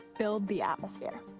build the atmosphere.